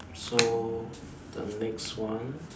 so the next one